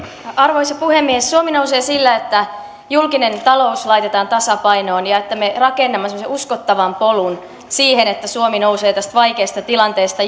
arvoisa puhemies suomi nousee sillä että julkinen talous laitetaan tasapainoon ja että me rakennamme semmoisen uskottavan polun siihen että suomi nousee tästä vaikeasta tilanteesta